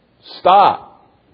Stop